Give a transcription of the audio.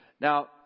Now